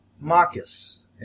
Marcus